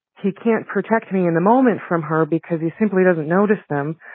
he can't protect me in the moment from her because he simply doesn't notice them.